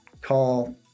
call